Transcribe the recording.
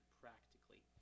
practically